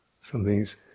something's